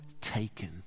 taken